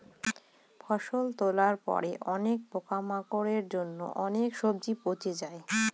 ফসল তোলার পরে অনেক পোকামাকড়ের জন্য অনেক সবজি পচে যায়